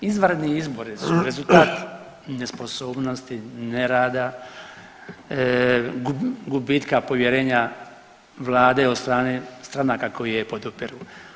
Izvanredni izbori su rezultat nesposobnosti, nerada, gubitka povjerenja vlade od strane stranaka koje ju podupiru.